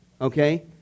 okay